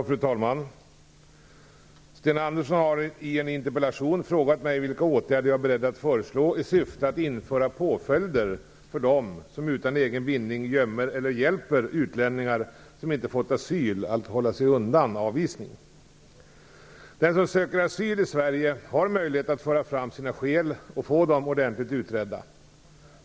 Fru talman! Sten Andersson har i en interpellation frågat mig vilka åtgärder jag är beredd att föreslå i syfte att införa påföljder för dem som utan egen vinning gömmer eller hjälper utlänningar som inte fått asyl att hålla sig undan avvisning. Den som söker asyl i Sverige har möjlighet att föra fram sina skäl och få dem ordentligt utredda.